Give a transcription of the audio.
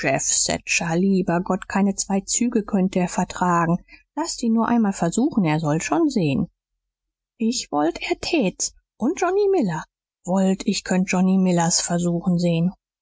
lieber gott keine zwei züge könnt der vertragen laß s ihn nur einmal versuchen er soll schon sehen ich wollt er tät's und johnny miller wollt ich könnt johnny miller s versuchen sehen